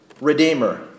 Redeemer